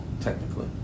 technically